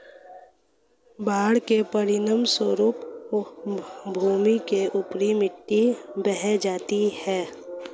बाढ़ के परिणामस्वरूप भूमि की ऊपरी मिट्टी बह जाती है